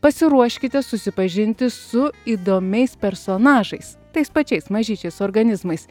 pasiruoškite susipažinti su įdomiais personažais tais pačiais mažyčiais organizmais